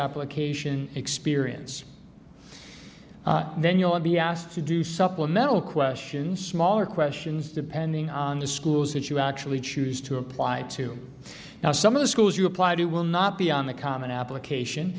application experience then you'll be asked to do supplemental questions smaller questions depending on the schools that you actually choose to apply to now some of the schools you apply to will not be on the common application